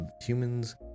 humans